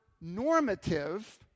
normative